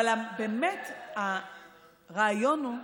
אבל באמת, הרעיון הוא,